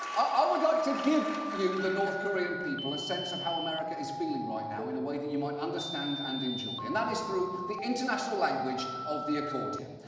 i would like to give the north korean people, a sense of how america is feeling right now, in a way that you might understand and enjoy. and, that is through the international language of the accordion.